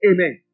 Amen